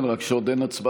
כן, רק שעוד אין הצבעה.